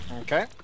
Okay